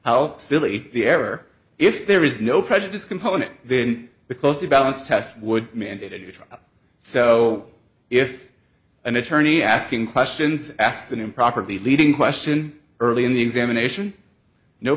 how silly the error if there is no prejudice component then because the balance test would mandate it so if an attorney asking questions asked an improperly leading question early in the examination no